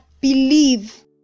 believe